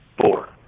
four